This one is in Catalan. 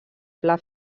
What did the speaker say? pla